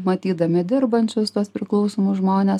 matydami dirbančius tuos priklausomus žmones